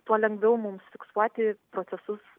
tuo lengviau mums fiksuoti procesus